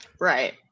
Right